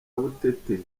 butete